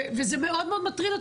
וזה מאוד מאוד מטריד אותי,